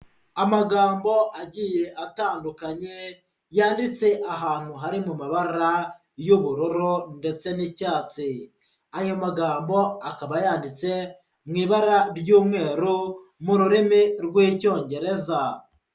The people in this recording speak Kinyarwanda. Amagambo agiye atandukanye yanditse ahantu hari mu mabara y'ubururu ndetse n'icyatsi, aya magambo akaba yanditse mu ibara ry'umweru mu rurimi rw'icyongereza.